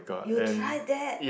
you tried that